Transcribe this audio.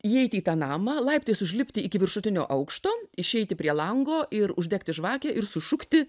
įeiti į tą namą laiptais užlipti iki viršutinio aukšto išeiti prie lango ir uždegti žvakę ir sušukti